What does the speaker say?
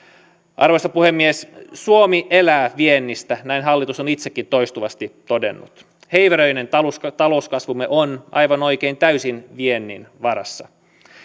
arvoisa puhemies suomi elää viennistä näin hallitus on itsekin toistuvasti todennut heiveröinen talouskasvumme on aivan oikein täysin viennin varassa